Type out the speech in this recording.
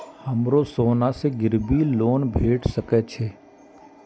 हमरो सोना से गिरबी लोन भेट सके छे?